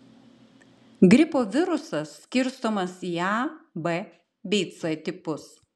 gripo virusas skirstomas į a b bei c tipus